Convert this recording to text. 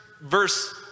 verse